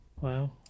Wow